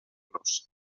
los